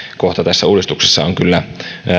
kohta tässä uudistuksessa on kyllä